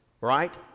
right